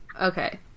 Okay